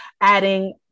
adding